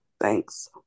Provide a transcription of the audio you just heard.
Thanks